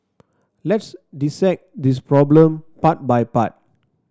let's dissect this problem part by part